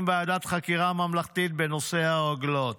ועדת חקירה ממלכתית בנושא הרוגלות: